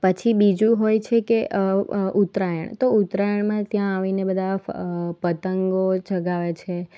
પછી બીજું હોય છે કે ઉત્તરાયણ તો ઉત્તરાયણમાં ત્યાં આવીને બધા પતંગો ચગાવે છે